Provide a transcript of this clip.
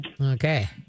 Okay